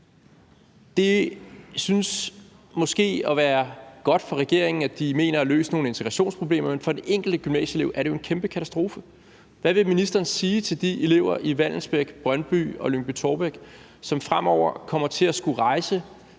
Det synes måske at være godt for regeringen, at de mener at løse nogle integrationsproblemer, men for den enkelte gymnasieelev vil det jo være en kæmpe katastrofe. Hvad vil ministeren sige til de elever i Vallensbæk, Brøndby og Lyngby-Taarbæk, som fremover kommer til at skulle rejse